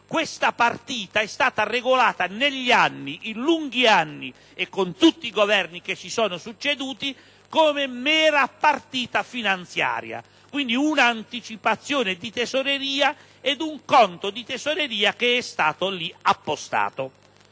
questa partita è stata regolata, in lunghi anni e con tutti i Governi che si sono succeduti, come mera partita finanziaria, quindi un'anticipazione di tesoreria ed un conto di tesoreria che è stato lì appostato.